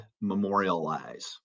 memorialize